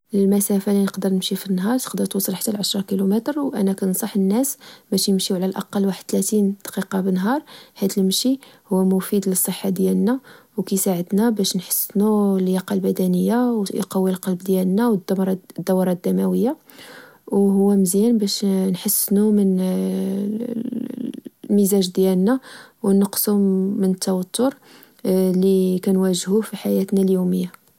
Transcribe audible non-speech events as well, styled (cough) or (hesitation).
المسافة لنقدر نمشي فالنهار تقدر توصل حتى لعشر كيلوميتر، وأنا كنصح الناس باش يمشيو على الأقل واحد تلاتين دقيقة بنهار، حيت المشي هو مفيد للصحة ديالنا، مكسلعدنا باش نحسنو اللياقة البدنية و يقوي القلب ديالنا، (hesitation) و الدورة الدموية. وهو مزيان باش نحسنو من (hesitation) من المزاج ديالنا و نقصو من التوتر اللي كنواجهوه في حياتنا اليومية